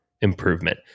improvement